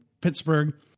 Pittsburgh